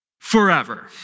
forever